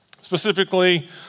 Specifically